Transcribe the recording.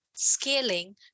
scaling